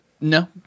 No